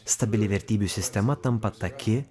stabili vertybių sistema tampa taki